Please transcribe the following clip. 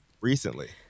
recently